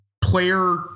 player